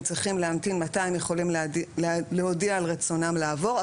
צריכים להמתין מתי הם יכולים להודיע על רצונם לעבור,